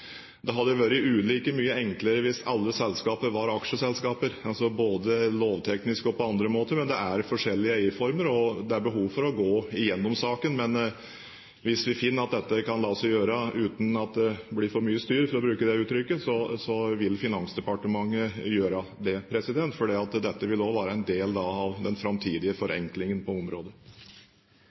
det hadde vært ulike mye enklere hvis alle selskaper var aksjeselskaper – både lovteknisk og på andre måter. Men det er forskjellige eierformer, og det er behov for å gå igjennom saken. Hvis vi finner at dette kan la seg gjøre uten at det blir for mye styr, for å bruke det uttrykket, så vil Finansdepartementet gjøre det, for dette vil også være en del av den framtidige forenklingen på området.